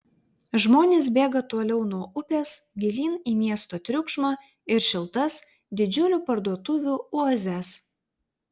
žmonės bėga toliau nuo upės gilyn į miesto triukšmą ir šiltas didžiulių parduotuvių oazes